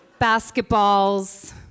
Basketballs